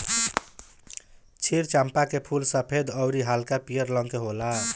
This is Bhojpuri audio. क्षीर चंपा के फूल सफ़ेद अउरी हल्का पियर रंग के होला